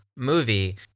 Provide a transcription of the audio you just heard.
movie